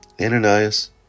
Ananias